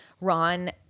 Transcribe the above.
Ron